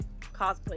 cosplay